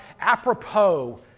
apropos